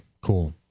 Cool